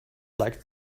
like